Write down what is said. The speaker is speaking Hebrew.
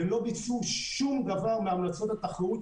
והם לא ביצעו שום דבר מההמלצות על תחרות.